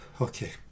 Okay